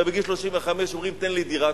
ובגיל 35 אומרים: תן לי דירה.